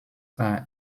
are